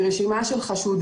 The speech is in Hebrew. הרשימה היא רשימה של חשודים.